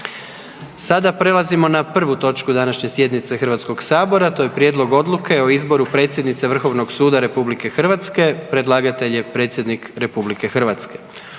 Sada prelazimo na prvu točku današnje sjednice HS, a to je: -Prijedlog odluke o izboru predsjednice Vrhovnog suda RH. Predlagatelj je predsjednik RH.